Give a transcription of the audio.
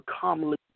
commonly